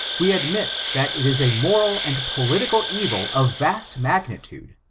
we ad mit that it is a moral and pohtical evil of vast mag nitude,